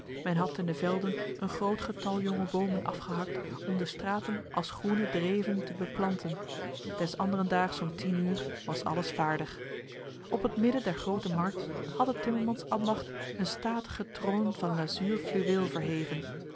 men had in de velden een groot getal jonge bomen afgehakt om de straten als groene dreven te beplanten des anderendaags om tien uur was alles vaardig op het midden der grote markt had het timmermansambacht een statige troon van lazuur fluweel verheven